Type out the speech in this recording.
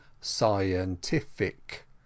scientific